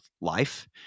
life